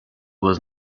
was